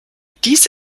dies